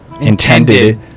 intended